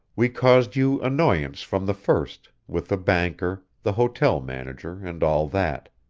we caused you annoyance from the first, with the banker, the hotel manager, and all that.